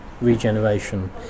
regeneration